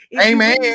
Amen